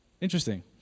Interesting